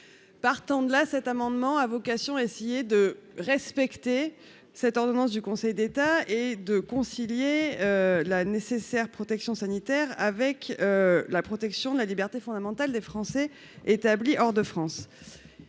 partant de là, cet amendement a vocation, essayer de respecter cette ordonnance du Conseil d'État et de concilier la nécessaire protection sanitaire avec la protection de la liberté fondamentale des Français établis hors de France,